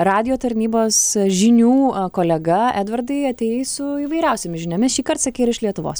radijo tarnybos žinių kolega edvardai atėjai su įvairiausiomis žiniomis šįkart sakei ir iš lietuvos